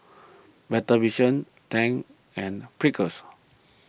Better Vision Tangs and Pringles